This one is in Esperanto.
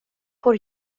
por